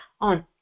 on